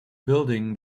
building